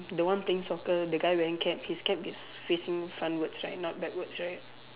the one playing the guy wearing cap his cap is facing frontwards right not backwards right